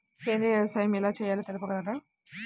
సేంద్రీయ వ్యవసాయం ఎలా చేయాలో తెలుపగలరు?